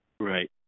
Right